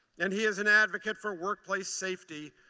and he is an advocate for workplace safety,